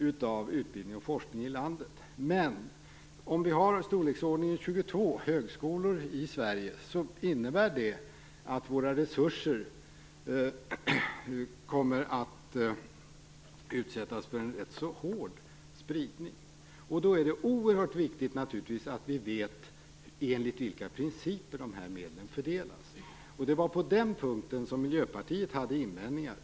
Om vi har i storleksordningen 22 högskolor i Sverige, innebär det att våra resurser kommer att utsättas för en ganska hård spridning. Då är det naturligtvis oerhört viktigt att vi vet enligt vilka principer medlen fördelas. På den punkten hade Miljöpartiet invändningar.